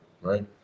right